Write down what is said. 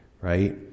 Right